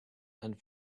and